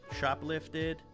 Shoplifted